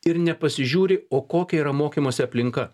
ir nepasižiūri o kokia yra mokymosi aplinka